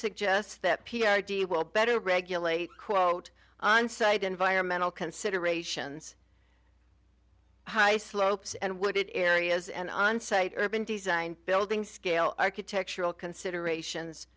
suggests that will better regulate quote on site environmental considerations high slopes and wooded areas and on site urban design building scale architectural considerations